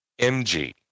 MG